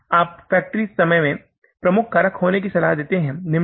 आप फ़ैक्टरी समय में प्रमुख कारक होने की सलाह देते हैं